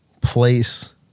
place